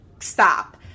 stop